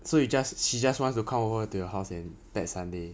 so you just she just wants to come over to your house in that sunday